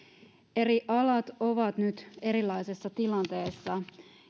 eri alat ovat nyt erilaisessa tilanteessa